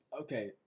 okay